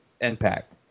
Impact